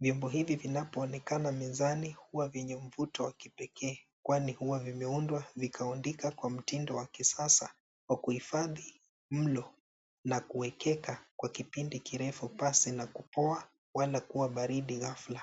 Vyombo hivi vinapoonekana mezani huwa vyenye mvuto wa kipekee kwani huwa vimeundwa vikaundika kwa mtindo wa kisasa wa kuhifadhi mlo na kuekeka kwa kipindi kirefu pasi na kupoa na wala baridi ghafla.